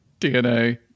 DNA